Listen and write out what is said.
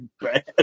bad